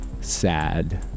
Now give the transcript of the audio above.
sad